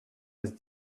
has